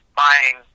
buying